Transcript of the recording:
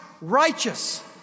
righteous